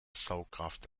saugkraft